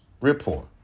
report